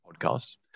podcasts